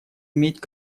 иметь